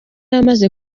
amaze